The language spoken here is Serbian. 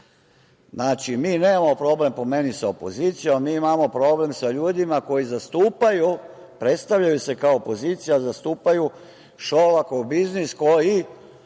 Znači, mi nemamo problem, po meni, sa opozicijom, mi imamo problem sa ljudima koji se predstavljaju kao opozicija, a zastupaju Šolakov biznis koji